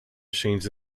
machines